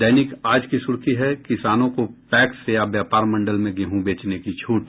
दैनिक आज की सुर्खी है किसानों को पैक्स या व्यापार मंडल में गेहूँ बेचने की छूट